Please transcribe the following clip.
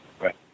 right